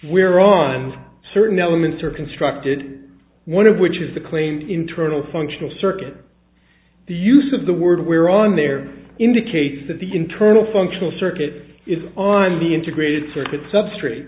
where on certain elements are constructed one of which is the clean internal functional circuit the use of the word where on there indicates that the internal functional circuit is on the integrated circuit substrate